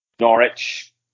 Norwich